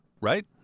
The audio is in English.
right